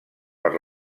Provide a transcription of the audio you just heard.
per